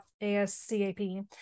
A-S-C-A-P